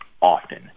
often